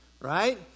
right